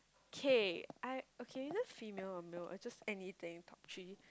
K I okay you just female or male or just anything talk three